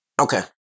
Okay